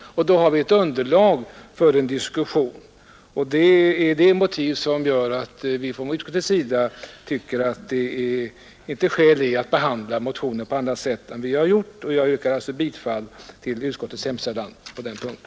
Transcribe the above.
Då har vi ett underlag för en diskussion, och det är de motiven som gör att vi från utskottets sida inte tycker att det finns skäl att behandla motionen på annat sätt än vi har gjort. Jag yrkar därför bifall till utskottets hemställan på denna punkt.